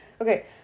Okay